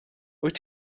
wyt